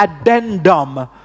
addendum